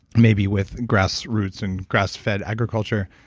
maybe, with grassroots and grass-fed agriculture.